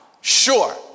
sure